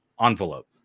envelope